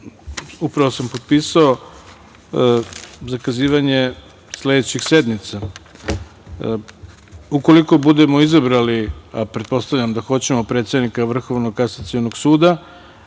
upravo sam potpisao zakazivanje sledećih sednica. Ukoliko budemo izabrali, a pretpostavljam da hoćemo, predsednika Vrhovnog kasacionog suda,